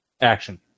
Action